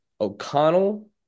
O'Connell